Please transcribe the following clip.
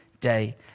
day